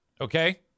Okay